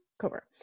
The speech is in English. cover